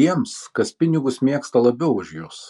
tiems kas pinigus mėgsta labiau už jus